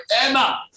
Emma